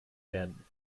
werden